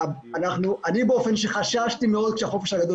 אני באופן אישי חששתי מאוד כשהחופש הגדול